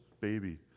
baby